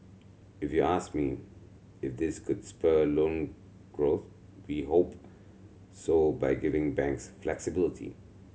if you ask me if this could spur loan growth we hope so by giving banks flexibility